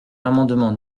l’amendement